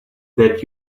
that